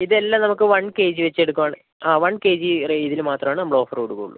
ഇതെല്ലാം നമുക്ക് one K G വെച്ചെടുക്കുവാണെങ്കിൽ ആ വൺ കെ ജി റെ ഇതിന് മാത്രമാണ് നമ്മൾ ഓഫർ കൊടുക്കുള്ളൂ